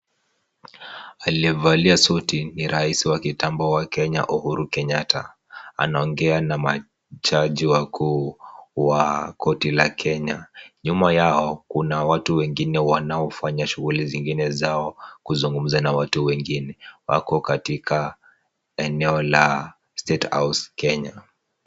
Aliyevalia suti ni raisi wa kitambo wa Kenya Uhuru Kenyatta, anaongea na majaji wakuu wa koti la Kenya, nyuma yao kuna watu wengine wanaofanya shughuli zingine zao kuzungumza na watu wengine, wako katika eneo la State House Kenya.